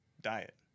diet